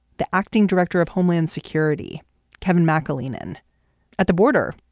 the acting director of homeland security kevin mcclennan at the border.